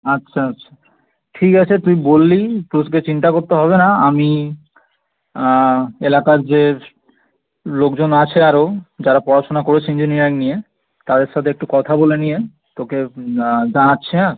আচ্ছা আচ্ছা ঠিক আছে তুই বললি তোকে চিন্তা করতে হবে না আমি এলাকার যে লোকজন আছে আরও যারা পড়াশোনা করেছে ইঞ্জিনিয়ারিং নিয়ে তাদের সাথে একটু কথা বলে নিয়ে তোকে জানাচ্ছি হ্যাঁ